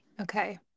okay